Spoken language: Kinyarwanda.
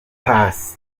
paccy